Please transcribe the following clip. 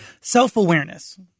Self-awareness